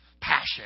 passion